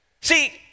See